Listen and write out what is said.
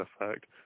effect